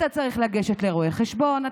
אתה צריך לגשת לרואה חשבון,